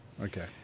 Okay